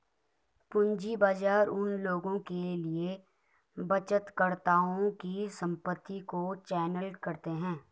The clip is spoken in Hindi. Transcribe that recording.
पूंजी बाजार उन लोगों के लिए बचतकर्ताओं की संपत्ति को चैनल करते हैं